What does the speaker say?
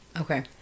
Okay